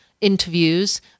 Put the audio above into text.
interviews